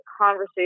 conversation